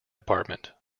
department